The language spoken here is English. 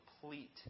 complete